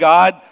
God